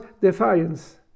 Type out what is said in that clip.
defiance